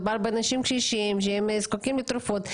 מדובר באנשים קשישים שזקוקים לתרופות.